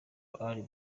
ahly